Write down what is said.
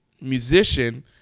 musician